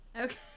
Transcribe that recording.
Okay